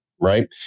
right